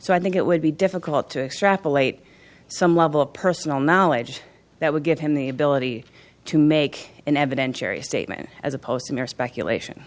so i think it would be difficult to extrapolate some level of personal knowledge that would give him the ability to make an evidentiary statement as opposed to mere speculation